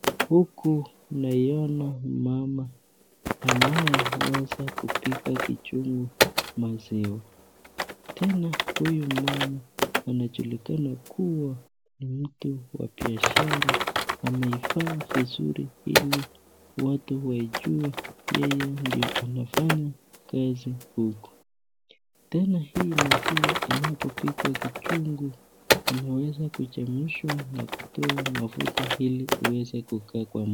Huku naiona mama anayeweza kupiga kichungi maziwa. Tena huyu mama anajulikana kuwa ni mtu wa biashara. Ameifanya vizuri ili watu waijue yeye ndiye anafanya kazi huko. Tena hii maziwa inapopikwa kichungi inaweza kuchemshwa na kutoa mafuta ili iweze kukaa kwa...